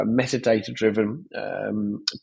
metadata-driven